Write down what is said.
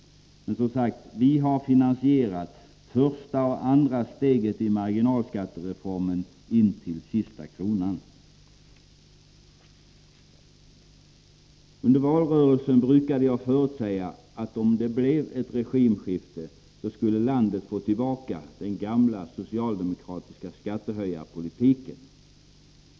Som sagt: Vi är beredda att finansiera första och andra steget i marginalskattereformen intill sista kronan. Under valrörelsen förutsade jag att om det blev ett regimskifte skulle landet få tillbaka den gamla socialdemokratiska skattehöjarpolitiken.